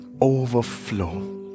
overflow